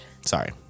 Sorry